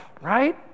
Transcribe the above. right